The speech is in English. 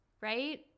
Right